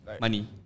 money